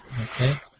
Okay